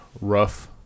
rough